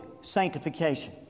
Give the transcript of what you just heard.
sanctification